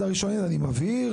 אני מבהיר